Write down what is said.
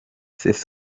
ses